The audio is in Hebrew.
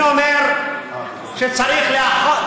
זה לא שלכם.